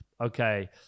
okay